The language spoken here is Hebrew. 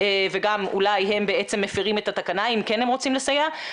וגם אולי הם בעצם מפרים את התקנה אם כן הם רוצים לסייע.